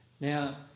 Now